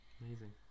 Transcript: Amazing